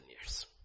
years